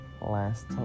last